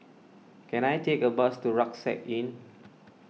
can I take a bus to Rucksack Inn